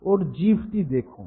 ওর জিভটি দেখুন